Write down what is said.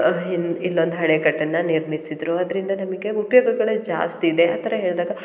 ಇನ್ ಇಲ್ಲೊಂದು ಅಣೆಕಟ್ಟನ್ನ ನಿರ್ಮಿಸಿದರು ಅದರಿಂದ ನಮಗೆ ಉಪಯೋಗಗಳೇ ಜಾಸ್ತಿ ಇದೆ ಆ ಥರ ಹೇಳಿದಾಗ